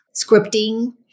scripting